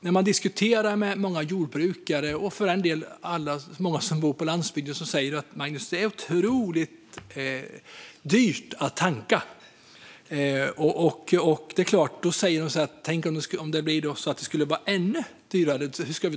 När jag diskuterar med jordbrukare och många andra som bor på landsbygden säger de att det är otroligt dyrt att tanka och att de funderar på hur de ska göra om det skulle bli ännu dyrare.